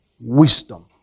Wisdom